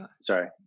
sorry